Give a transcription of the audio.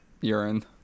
urine